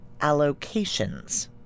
allocations